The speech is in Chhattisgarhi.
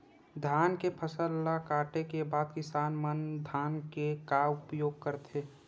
धान के फसल ला काटे के बाद किसान मन धान के का उपयोग करथे?